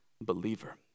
believer